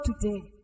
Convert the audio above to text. today